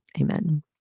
Amen